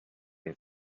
been